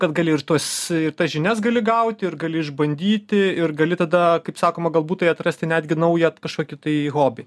kad gali ir tuos ir tas žinias gali gauti ir gali išbandyti ir gali tada kaip sakoma galbūt tai atrasti netgi naują kažkokį tai hobį